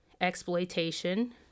exploitation